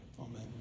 Amen